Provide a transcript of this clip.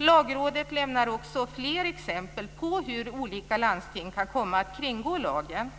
Lagrådet lämnar också fler exempel på hur olika landsting kan komma att kringgå lagen.